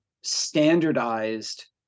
standardized